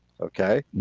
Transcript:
Okay